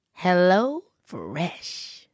HelloFresh